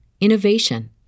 innovation